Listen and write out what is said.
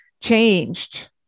changed